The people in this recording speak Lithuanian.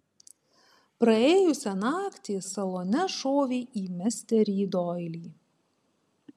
praėjusią naktį salone šovė į misterį doilį